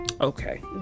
Okay